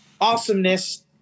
awesomeness